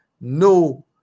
no